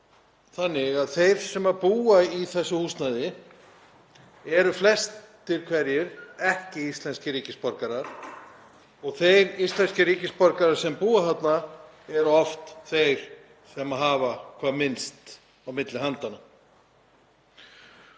þannig að þeir sem búa í þessu húsnæði eru flestir hverjir ekki íslenskir ríkisborgarar og þeir íslenskir ríkisborgarar sem búa þarna eru oft þeir sem hafa hvað minnst á milli handanna.